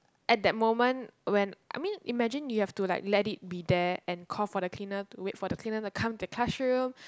at that moment when I mean imagine you have to like let it be there and call for the cleaner to wait for the cleaner to come to the classroom